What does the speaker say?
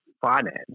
finance